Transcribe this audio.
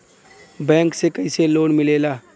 Bank से कइसे loan मिलेला?